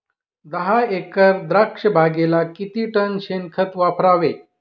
दहा एकर द्राक्षबागेला किती टन शेणखत वापरावे?